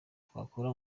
twakora